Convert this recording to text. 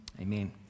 Amen